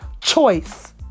choice